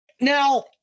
Now